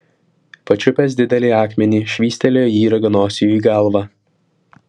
pačiupęs didelį akmenį švystelėjo jį raganosiui į galvą